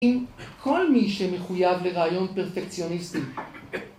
עם כל מי שמחויב לרעיון פרפקציוניסטי.